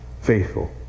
faithful